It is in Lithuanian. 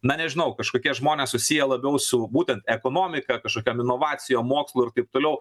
na nežinau kažkokie žmonės susiję labiau su būtent ekonomika kažkokiom inovacijom mokslu ir taip toliau